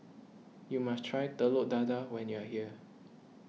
you must try Telur Dadah when you are here